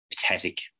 pathetic